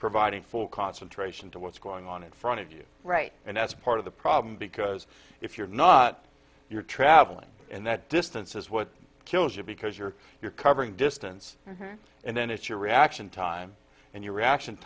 providing full concentration to what's going on in front of you right and that's part of the problem because if you're not you're traveling in that distance is what kills you because you're you're covering distance and then it's your reaction time and your reaction